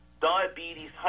diabetes